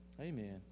amen